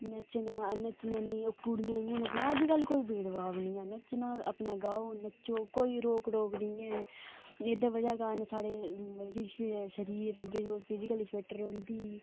नच्चना नच्चना नेईं ओह् कुड़ियें इ'यां नच्चना अजकल्ल कोई भेदभाव निं ऐ नच्चना अपने गाओ नच्चो कोई रोक टोक नेईं ऐ एह्दे बजह् कारण साढ़े मतलब कि शरीर ऐ बिलकुल फिजीकली फिट्ट रौंह्दी